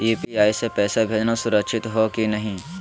UPI स पैसवा भेजना सुरक्षित हो की नाहीं?